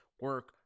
Work